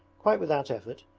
quite without effort,